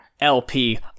LP